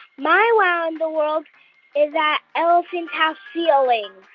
my wow in the world is that elephants have feelings.